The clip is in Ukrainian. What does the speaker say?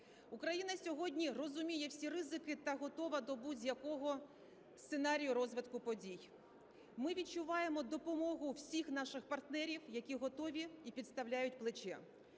Україна сьогодні розуміє всі ризики та готова до будь-якого сценарію розвитку подій. Ми відчуваємо допомогу всіх наших партнерів, які готові і підставляють плече.